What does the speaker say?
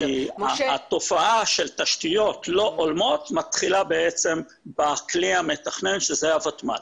התופעה של תשתיות לא הולמות מתחילה בעצם בכלי המתכנן שהוא הוותמ"ל.